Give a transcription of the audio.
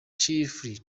chiefly